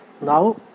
now